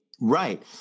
right